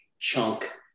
chunk